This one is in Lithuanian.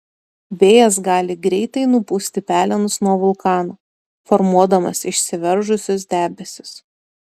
vėjas gali greitai nupūsti pelenus nuo vulkano formuodamas išsiveržusius debesis